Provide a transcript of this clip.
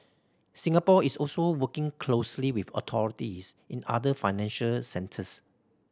Singapore is also working closely with authorities in other financial centres